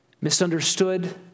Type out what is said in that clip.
misunderstood